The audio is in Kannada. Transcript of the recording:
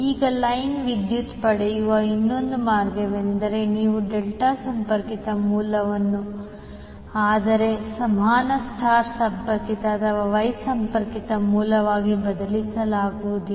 ಈಗ ಲೈನ್ ವಿದ್ಯುತ್ ಪಡೆಯುವ ಇನ್ನೊಂದು ಮಾರ್ಗವೆಂದರೆ ನೀವು ಡೆಲ್ಟಾ ಸಂಪರ್ಕಿತ ಮೂಲವನ್ನು ಅದರ ಸಮಾನ ಸ್ಟರ್ ಸಂಪರ್ಕಿತ ಅಥವಾ Y ಸಂಪರ್ಕಿತ ಮೂಲವಾಗಿ ಬದಲಾಯಿಸುವುದು